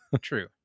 True